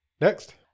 next